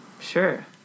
Sure